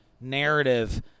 narrative